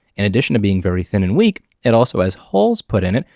in addition to being very thin and weak it also has holes put in it,